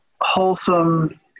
wholesome